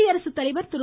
குடியரசுத்தலைவர் திரு